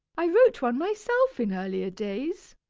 i wrote one myself in earlier days.